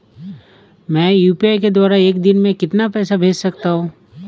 मैं यू.पी.आई द्वारा एक दिन में कितना पैसा भेज सकता हूँ?